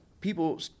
people